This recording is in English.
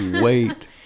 wait